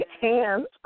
hands